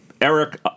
Eric